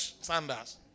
Sanders